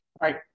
right